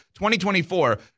2024